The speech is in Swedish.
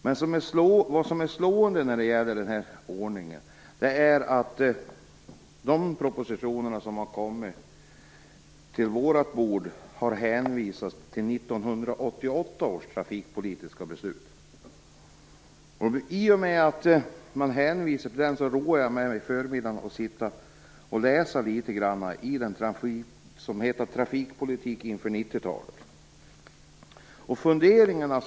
Det som också är slående när det gäller den här ordningen är att de propositioner som har kommit till vårt bord har hänvisats till 1988 års trafikpolitiska beslut. Därför har jag under förmiddagen roat mig med att sitta och läsa litet i den bakomliggande propositionen, som hette Trafikpolitiken inför 1990 talet.